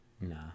Nah